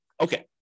Okay